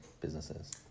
businesses